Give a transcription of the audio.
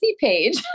page